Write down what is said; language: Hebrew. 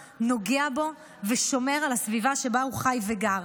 נוגע בו ושומר על הסביבה שבה הוא חי וגר.